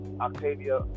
Octavia